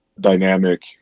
dynamic